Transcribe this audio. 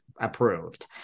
approved